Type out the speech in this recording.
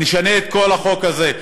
נשנה את כל החוק הזה.